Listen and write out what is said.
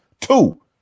Two